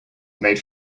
made